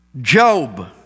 Job